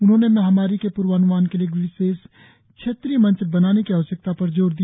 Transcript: उन्होंने महामारी के प्र्वान्मान के लिए एक क्षेत्रीय मंच बनाने की आवश्यकता पर जोर दिया